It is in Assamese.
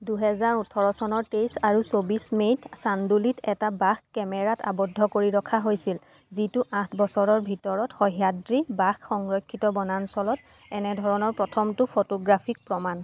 দুহেজাৰ ওঠৰ চনৰ তেইছ আৰু চৌবিছ মে'ত চান্দোলীত এটা বাঘ কেমেৰাত আৱদ্ধ কৰি ৰখা হৈছিল যিটো আঠ বছৰৰ ভিতৰত সহ্যাদ্ৰী বাঘ সংৰক্ষিত বনাঞ্চলত এনে ধৰণৰ প্ৰথমটো ফ'টোগ্ৰাফিক প্ৰমাণ